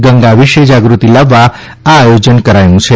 ગંગા વિશે જાગૃતિ લાવવા આ આયોજન કરાયું છે